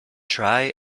try